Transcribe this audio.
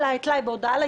נקודה שנייה.